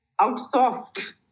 outsourced